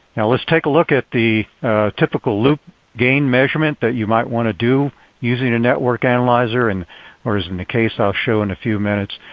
let's take a look at the typical loop gain measurement that you might want to do using a network analyzer and or, as in the case i'll show in a few minutes,